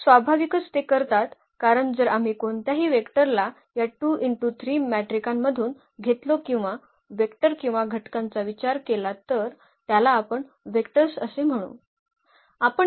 तर स्वाभाविकच ते करतात कारण जर आम्ही कोणत्याही वेक्टरला या मॅट्रिकांमधून घेतलो किंवा वेक्टर किंवा घटकांचा विचार केला तर त्याला आपण व्हेक्टर्स असे म्हणू